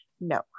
no